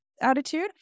attitude